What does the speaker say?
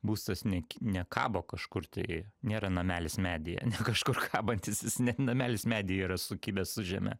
būstas ne ki nekabo kažkur tai nėra namelis medyje kažkur kabantis jis ne namelis medyje yra sukibęs su žeme